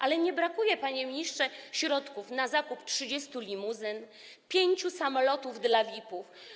Ale nie brakuje, panie ministrze, środków na zakup 30 limuzyn i 5 samolotów dla VIP-ów.